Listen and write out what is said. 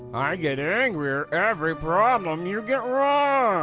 ah get angrier every problem you get wrong.